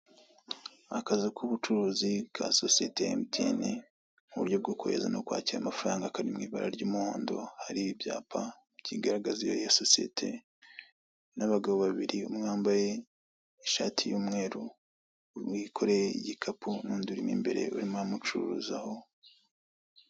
Akazu k'ubucuruzi ka sosiyete ya MTN mu buryo bwo kohereza no kwakira amafaranga kari mu ibara ry'umuhondo, hariho ibyapa kigaragaza iyo sosiyete n'abagabo babiri umwe wambaye ishati y'umweru umwe yikoreye igikapu n'undi urimo imbere urimo uramucuruzaho.